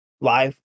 live